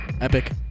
epic